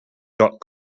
dot